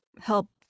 help